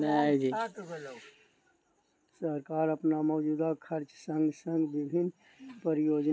सरकार अपन मौजूदा खर्चक संग संग विभिन्न परियोजना चलाबै ले कर्ज लै छै